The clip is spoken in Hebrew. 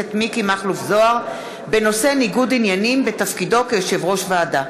הכנסת מיקי מכלוף זוהר בנושא ניגוד עניינים בתפקידו כיושב-ראש ועדה.